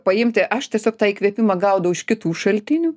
paimti aš tiesiog tą įkvėpimą gaudau iš kitų šaltinių